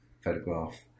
photograph